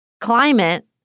climate